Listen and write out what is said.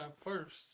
first